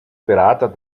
berater